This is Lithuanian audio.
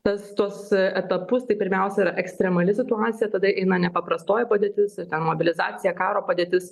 tas tuos etapus tai pirmiausia yra ekstremali situacija tada eina nepaprastoji padėtis ir ten mobilizacija karo padėtis